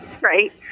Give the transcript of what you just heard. Right